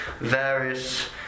various